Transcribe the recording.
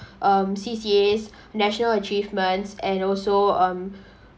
um C_C_As national achievements and also um